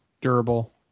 durable